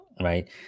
right